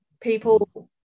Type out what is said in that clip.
People